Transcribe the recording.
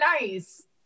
nice